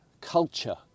culture